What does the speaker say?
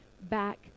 back